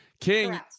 King